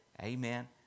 Amen